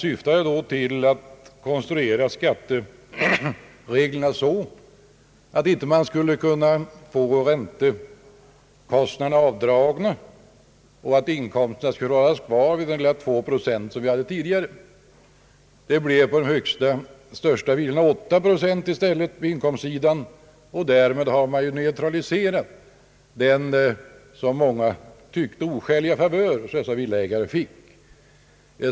Syftet med lagstiftningen var att räntekostnaderna inte skulle kunna dras av och att inkomstberäkningen inte liksom förut skulle göras efter 2 procent. För de största villorna sattes inkomstprocenten i stället till 8, och därmed neutraliserades den som många tyckte oskäliga favör som vissa villaägare fick.